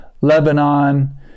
Lebanon